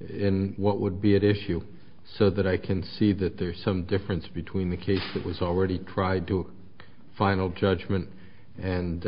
in what would be at issue so that i can see that there's some difference between a case that was already tried to final judgment and